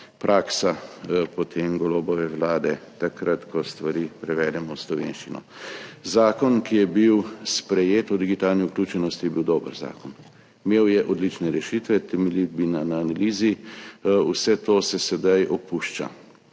praksa Golobove vlade takrat, ko stvari prevedemo v slovenščino. Zakon, ki je bil sprejet, o digitalni vključenosti je bil dober zakon. Imel je odlične rešitve, temelji na analizi, vse to se sedaj opušča.